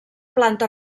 planta